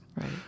right